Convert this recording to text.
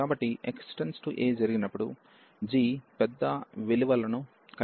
కాబట్టి x → a జరిగినప్పుడు g పెద్ద విలువలను కలిగి ఉంటుంది